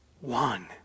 One